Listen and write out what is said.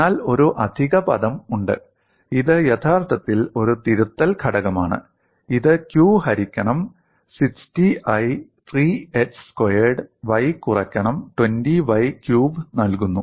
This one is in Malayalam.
എന്നാൽ ഒരു അധിക പദം ഉണ്ട് ഇത് യഥാർത്ഥത്തിൽ ഒരു തിരുത്തൽ ഘടകമാണ് ഇത് q ഹരിക്കണം 60I 3h സ്ക്വയേർഡ് y കുറക്കണം 20y ക്യൂബ് നൽകുന്നു